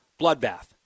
bloodbath